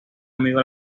amigo